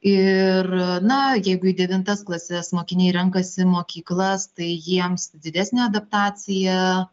ir na jeigu į devintas klases mokiniai renkasi mokyklas tai jiems didesnė adaptacija